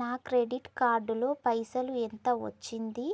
నా credit card లో పైసలు ఎంత వచ్చింది